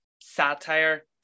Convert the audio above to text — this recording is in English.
satire